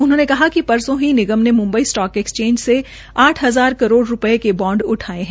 उन्होंने कहा कि श्रसो की निगम ने मुम्बई स्टाक एक्सचेंज से आठ हजार करोड़ रू ये के बाँड उठाये है